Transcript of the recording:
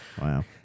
Wow